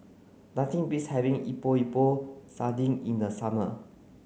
nothing beats having Epok Epok Sardin in the summer